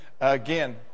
again